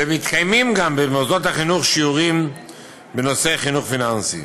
וגם מתקיימים במוסדות החינוך שיעורים בנושא חינוך פיננסי.